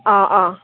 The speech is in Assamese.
অঁ অঁ